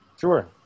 Sure